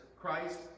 christ